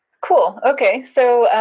cool, okay, so ah,